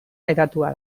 hedatua